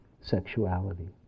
sexuality